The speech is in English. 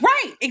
Right